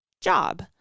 Job